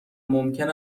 ممکن